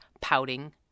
pouting